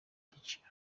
byiciro